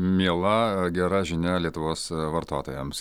miela gera žinia lietuvos vartotojams